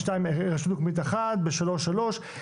ב-2 יש רשות מקומית 1 ב-3 3,